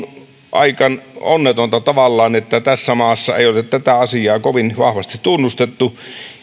aika onnetonta tavallaan että tässä maassa ei ole tätä asiaa kovin vahvasti tunnustettu